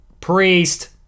priest